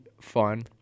fun